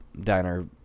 diner